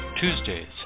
Tuesdays